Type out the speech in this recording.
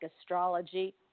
astrology